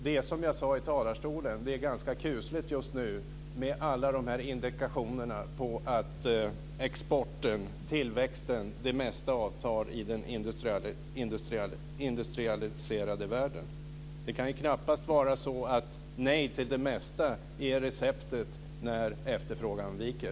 Det är, som jag sade i talarstolen, ganska kusligt just nu med alla de här indikationerna på att exporten, tillväxten och det mesta avtar i den industrialiserade världen. Nej till det mesta kan knappast vara receptet när efterfrågan viker.